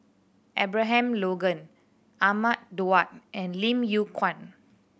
Abraham Logan Ahmad Daud and Lim Yew Kuan